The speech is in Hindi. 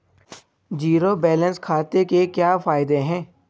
ज़ीरो बैलेंस खाते के क्या फायदे हैं?